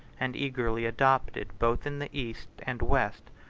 and eagerly adopted both in the east and west,